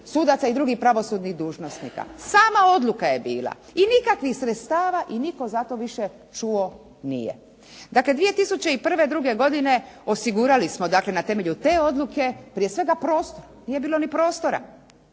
sudaca i drugih pravosudnih dužnosnika. Sama odluka je bila i nikakvih sredstava i nitko za to više čuo nije. Dakle, 2001., 2002. godine osigurali smo dakle na temelju te odluke prije svega prostor, nije bilo ni prostora